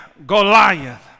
Goliath